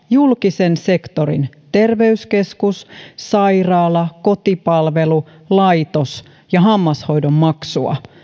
julkisen sektorin terveyskeskus sairaala kotipalvelu laitos ja hammashoidon maksua